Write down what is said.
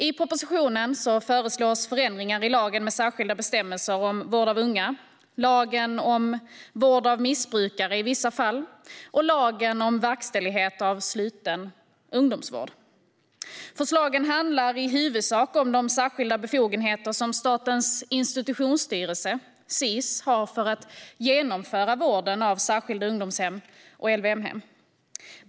I propositionen föreslås förändringar i lagen med särskilda bestämmelser om vård av unga, lagen om vård av missbrukare i vissa fall och lagen om verkställighet av sluten ungdomsvård. Förslagen handlar i huvudsak om de särskilda befogenheter som Statens institutionsstyrelse, Sis, har för att genomföra vården vid särskilda ungdomshem och LVM-hem.